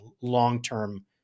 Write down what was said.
long-term